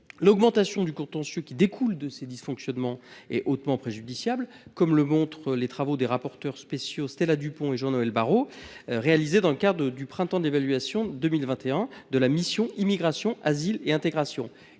L’augmentation du contentieux qui découle de ces dysfonctionnements est hautement préjudiciable, comme le montrent les travaux des rapporteurs spéciaux Stella Dupont et Jean Noël Barrot, réalisés dans le cadre du printemps de l’évaluation 2021 de la mission « Immigration, asile et intégration ».